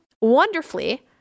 wonderfully